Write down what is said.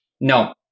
No